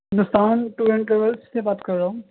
Hindustan tour and travels سے بات کر رہا ہوں